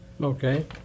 Okay